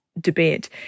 debate